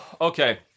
Okay